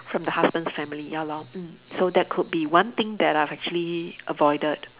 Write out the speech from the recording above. from the husband family ya lor mm so that could be one thing that I have actually avoided